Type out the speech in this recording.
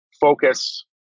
focus